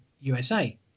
USA